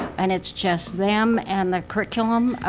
and it's just them and the curriculum.